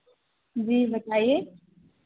जी बताइए